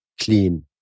Clean